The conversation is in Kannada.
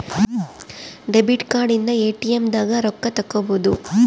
ಡೆಬಿಟ್ ಕಾರ್ಡ್ ಇಂದ ಎ.ಟಿ.ಎಮ್ ದಾಗ ರೊಕ್ಕ ತೆಕ್ಕೊಬೋದು